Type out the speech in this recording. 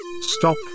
Stop